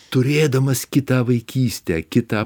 turėdamas kitą vaikystę kitą